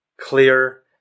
clear